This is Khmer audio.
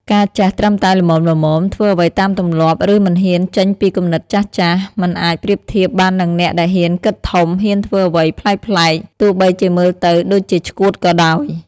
ការចេះត្រឹមតែល្មមៗ ធ្វើអ្វីតាមទម្លាប់ ឬមិនហ៊ានចេញពីគំនិតចាស់ៗ មិនអាចប្រៀបធៀបបាននឹងអ្នកដែលហ៊ានគិតធំ ហ៊ានធ្វើអ្វីប្លែកៗ ទោះបីជាមើលទៅដូចជាឆ្កួតក៏ដោយ។